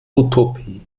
utopie